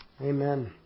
Amen